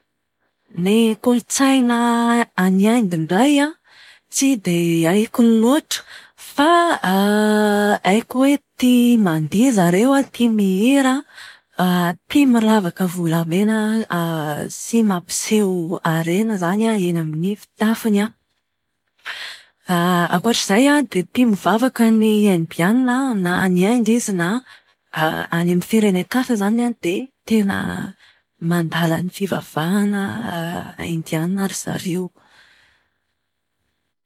Ny kolotsaina any Indy indray an, tsy dia haiko loatra. Fa haiko hoe tia mandihy zareo, tia mihira, tia miravaka volamena sy mampiseho harena zany an eny amin'ny fitafiny an. Ankoatr'izay an dia tia mivavaka ny indiana, na any Inde izy na an any amin'ny firenen-kafa zany an, dia tena mandala ny fivavahana indiana ry zareo.